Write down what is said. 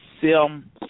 Sim